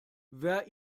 wer